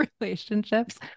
relationships